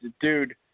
Dude